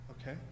okay